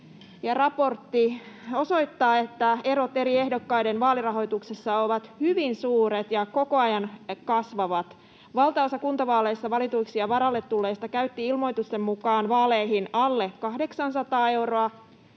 Raportti osoittaa, että erot eri ehdokkaiden vaalirahoituksessa ovat hyvin suuret ja koko ajan kasvavat. Valtaosa kuntavaaleissa valituiksi ja varalle tulleista käytti ilmoitusten mukaan vaaleihin alle 800 euroa